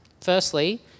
Firstly